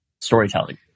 storytelling